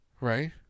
right